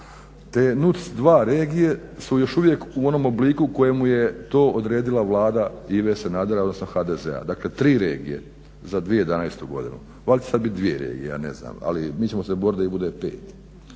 Te NUTS-2 regije su još uvijek u onom obliku u kojemu je to odredila Vlada Ive Sanadera odnosno HDZ-a, dakle tri regije za 2011. godinu. Valjda će sad biti dvije regije, ja ne znam, ali mi ćemo se borit da ih bude pet.